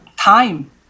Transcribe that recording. time